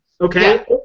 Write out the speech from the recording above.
Okay